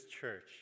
church